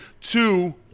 two